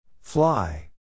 Fly